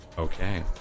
Okay